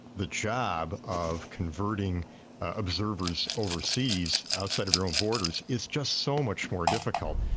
the job of converting observers overseas outside of your own borders, is just so much more difficult.